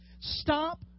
Stop